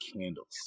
candles